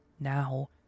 Now